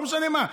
לא משנה מה.